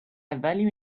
value